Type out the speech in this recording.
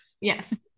Yes